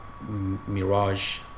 Mirage